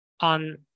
on